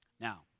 Now